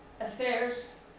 affairs